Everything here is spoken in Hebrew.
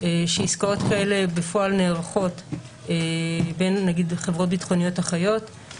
שעסקאות כאלה בפועל נערכות למשל חברות אחיות תחת